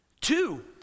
Two